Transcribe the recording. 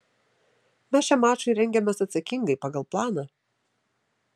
mes šiam mačui rengiamės atsakingai pagal planą